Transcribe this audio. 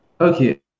Okay